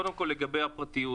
קודם כל לגבי הפרטיות.